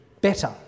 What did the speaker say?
better